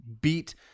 beat